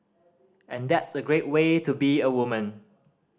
and that's a great way to be a woman